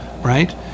right